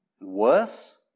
worse